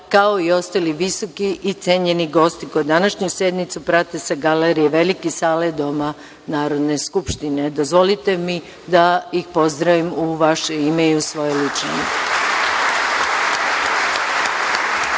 kao i ostali visoki i cenjeni gosti koji današnju sednicu prate sa galerije Velike sale Doma Narodne skupštine. Dozvolite mi da ih pozdravim u vaše ime i u svoje lično